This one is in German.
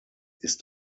ist